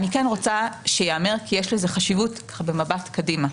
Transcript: אני כן רוצה שייאמר כי יש לזה חשיבות במבט קדימה.